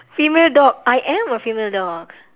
female dog I am a female dog